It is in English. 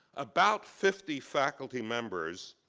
about fifty faculty members,